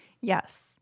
Yes